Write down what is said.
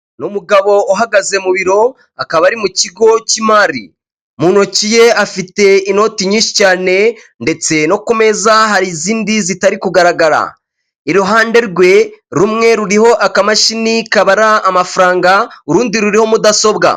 Ni umugabo uhagaze mu biro, akaba ari mu kigo cy'imari, mu ntoki ye afite inoti nyinshi cyane ndetse no ku meza hari izindi zitari kugaragara, iruhande rwe rumwe ruriho akamashini kabara amafaranga, urundi ruriho mudasobwa.